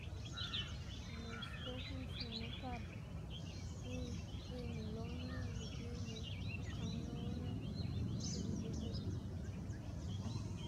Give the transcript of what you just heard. Lëꞌ spej c̲h̲uꞌnnstsiꞌnma par gwiy gwiyma loma y gwiyma lo kamion or c̲h̲obic̲h̲e c̲h̲its.